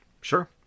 Sure